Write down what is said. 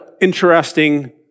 interesting